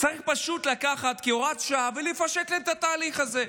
צריך פשוט לקחת את זה כהוראת שעה ולפשט את התהליך הזה,